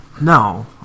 No